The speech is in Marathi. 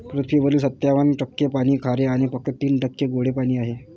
पृथ्वीवरील सत्त्याण्णव टक्के पाणी खारे आणि फक्त तीन टक्के गोडे पाणी आहे